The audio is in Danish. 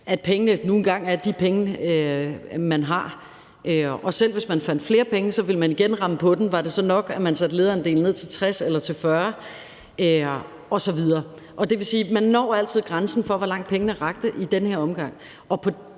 pengene nu engang er de penge, man har. Og selv hvis man fandt flere penge, ville man igen ramme ind i den: Var det så nok, at man satte lederandelen ned til 60 pct. eller til 40 pct. osv.? Det vil sige, at man altid når grænsen for, hvor langt pengene rækker i en given omgang.